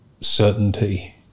certainty